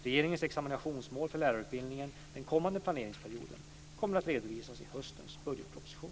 Regeringens examinationsmål för lärarutbildningen den kommande planeringsperioden kommer att redovisas i höstens budgetproposition.